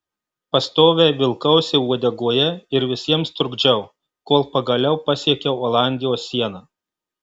pastoviai vilkausi uodegoje ir visiems trukdžiau kol pagaliau pasiekiau olandijos sieną